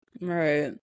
Right